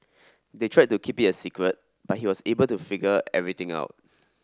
they tried to keep it a secret but he was able to figure everything out